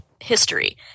history